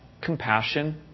Compassion